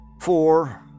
four